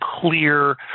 clear